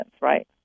right